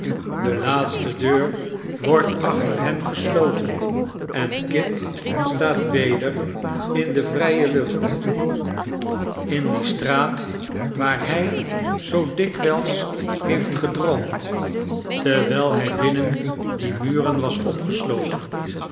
de laatste deur wordt achter hen gesloten en kit staat weder in de vrije lucht in die kit is vbij straat waarvan hij zoo dikwijls heeft gedroomd terwijl hij binnen die muren was opgesloten